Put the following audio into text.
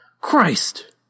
Christ